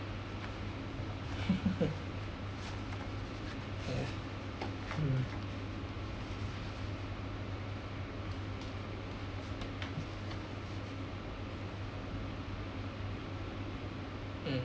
ya mm mm